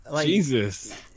Jesus